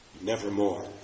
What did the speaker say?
Nevermore